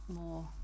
more